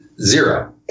Zero